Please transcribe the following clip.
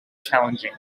challenging